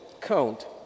count